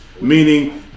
Meaning